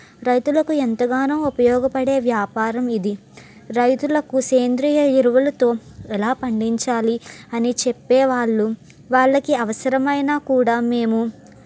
రైతులకు ఎంతగానో ఉపయోగపడే వ్యాపారం ఇది రైతులకు సేంద్రియ ఎరువులతో ఎలా పండించాలి అని చెప్పేవాళ్ళు వాళ్ళకి అవసరమైనా కూడా మేము